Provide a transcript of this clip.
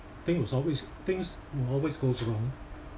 thing was always things will always goes wrong